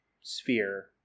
sphere